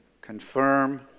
confirm